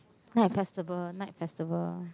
night festival night festival